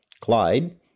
Clyde